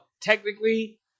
technically